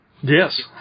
Yes